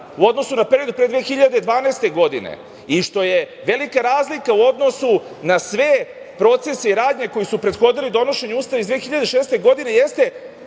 u odnosu na period pre 2012. godine i što je velika razlika u odnosu na sve procese i radnje koji su prethodili donošenju Ustava iz 2006. godine jeste